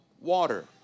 water